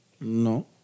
No